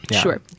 Sure